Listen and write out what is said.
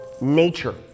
nature